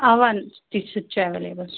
اَوا سُہ تہِ سُہ تہِ چھُ ایویلیبٕل